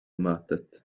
mötet